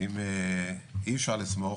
אם אי אפשר לסמוך